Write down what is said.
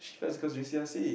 that's because you C_R_C